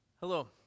Hello